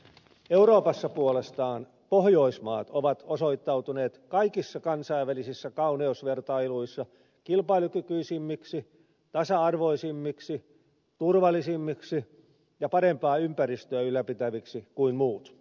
euroopassa puolestaan pohjoismaat ovat osoittautuneet kaikissa kansainvälisissä kauneusvertailuissa kilpailukykyisimmiksi tasa arvoisimmiksi turvallisimmiksi ja parempaa ympäristöä ylläpitäviksi kuin muut